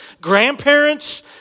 grandparents